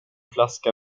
flaska